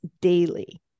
daily